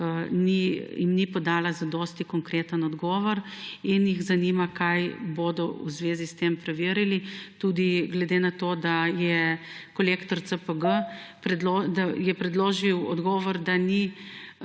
ni podala dovolj konkretnega odgovora. In jih zanima, kaj bodo v zvezi s tem preverili; tudi glede na to, da je Kolektor CPG predložil odgovor, da ni